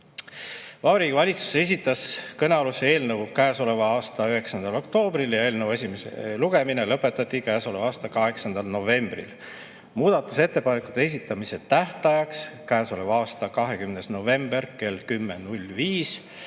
lipp. Vabariigi Valitsus esitas kõnealuse eelnõu käesoleva aasta 9. oktoobril ja eelnõu esimene lugemine lõpetati käesoleva aasta 8. novembril. Muudatusettepanekute esitamise tähtajaks, käesoleva aasta 20. novembril kella 10.05‑ks